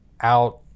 out